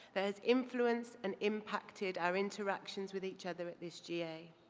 there is influence and impacted our interactions with each other at this ga.